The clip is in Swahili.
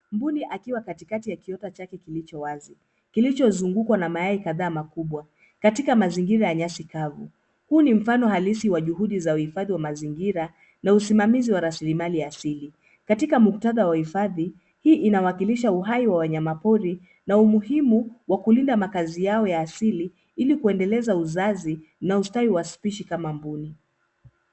Mbuni akiwa katikati ya kiota chake kilichowazi kilichozungukwa na mayai kadhaa makubwa katika mazingira ya nyasi kavu. Huu ni mfano halisi wa juhudi za uhifadhi wa mazingira na usimamizi wa raslimali asili. Katika muktadha wa uhifadhi, hii inawakilisha uhai wa wanyama pori na umuhimu wa kulinda makazi yao ya asili ili kuendeleza uzazi na ustawi wa spishi kama mbuni.